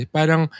Parang